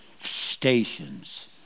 stations